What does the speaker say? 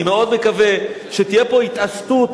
אני מאוד מקווה שתהיה פה התעשתות,